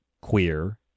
queer